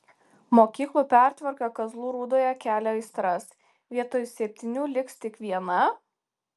mokyklų pertvarka kazlų rūdoje kelia aistras vietoj septynių liks tik viena